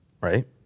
right